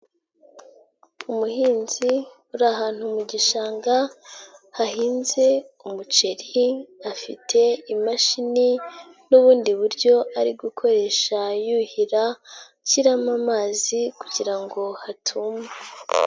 Umuhinzi uri ahantu mu gishanga hahinze umuceri afite imashini n'ubundi buryo ari gukoresha yuhira ashyiramo amazi kugira ngo hatuma.